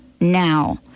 now